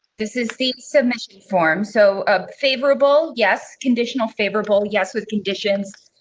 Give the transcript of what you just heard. this is the submission form, so a favorable yes. conditional favorable. yes. with conditions.